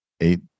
eight